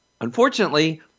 Unfortunately